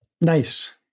Nice